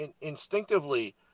instinctively